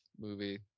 movie